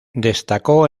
destacó